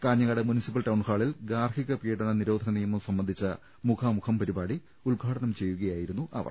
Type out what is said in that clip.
Kanhangad municipal ടൌൺഹാളിൽ ഗാർഹിക പീഡന നിരോധന നിയമം സംബന്ധിച്ച മുഖാമുഖം പരിപാടി ഉദ്ഘാടനം ചെയ്യുക യായിരുന്നു അവർ